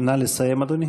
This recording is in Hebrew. נא לסיים, אדוני.